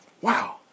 Wow